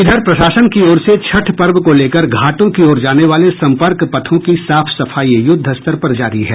इधर प्रशासन की ओर से छठ पर्व को लेकर घाटों की ओर जाने वाले संपर्क पथों की साफ सफाई युद्धस्तर पर जारी है